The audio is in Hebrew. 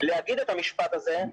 להגיד את המשפט הזה,